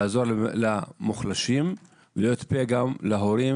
הוא לעזור למוחלשים ולהיות פה גם להורים